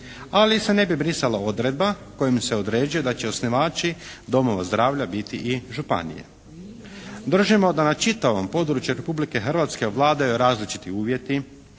ali se ne bi brisala odredba kojom se određuje da će osnivači domova zdravlja biti i županije. Držimo da na čitavom području Republike Hrvatske vladaju različiti uvjeti